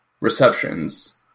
receptions